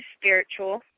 spiritual